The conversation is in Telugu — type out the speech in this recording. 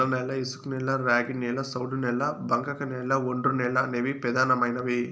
ఎర్రనేల, ఇసుకనేల, ర్యాగిడి నేల, సౌడు నేల, బంకకనేల, ఒండ్రునేల అనేవి పెదానమైనవి